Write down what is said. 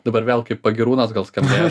dabar vėl kaip pagyrūnas gal skambės